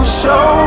show